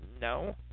No